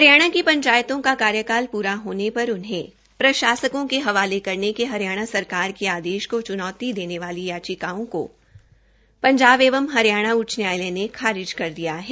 हरियाणा के पंचायतों को कार्याकाल पूरा होने पर उन्हे प्रशासकों के हवाले करने के हरियाणा सरकार के आदेश को च्नौती देने वाली याचिकाओं को पंजाब एवं हरियाणा उच्च न्यायालय ने खारिज कर दिया है